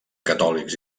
catòlics